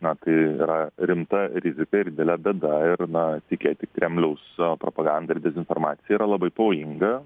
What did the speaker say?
na tai yra rimta rizika ir didelė bėda ir na tikėti kremliaus propaganda ir dezinformacija yra labai pavojinga